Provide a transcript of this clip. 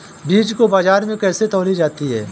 बीज को बाजार में कैसे तौली जाती है?